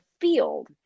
field